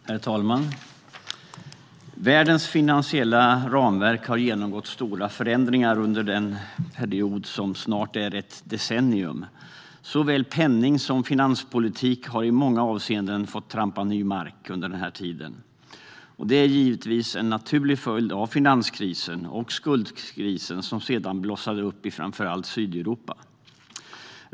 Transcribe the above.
Herr talman! Världens finansiella ramverk har genomgått stora förändringar under den period som snart är ett decennium. Såväl penning som finanspolitik har i många avseenden fått trampa ny mark under den här tiden. Det är givetvis en naturlig följd av finanskrisen och skuldkrisen som blossade upp i framför allt Sydeuropa.